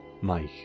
Mike